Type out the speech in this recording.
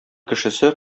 кешесе